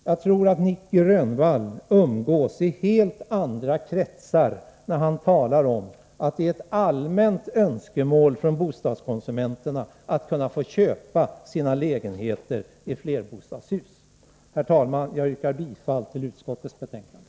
Jag tror att Nic Grönvall umgås i helt andra kretsar, eftersom han talar om att det är ett allmänt önskemål från bostadskonsumenterna att få köpa sina lägenheter i flerbostadshus. Herr talman! Jag yrkar bifall till utskottets hemställan.